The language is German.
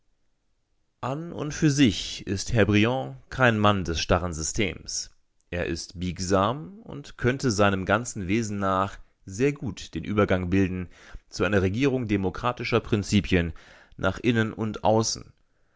an und für sich ist herr briand kein mann des starren systems er ist biegsam und könnte seinem ganzen wesen nach sehr gut den übergang bilden zu einer regierung demokratischer prinzipien nach innen und außen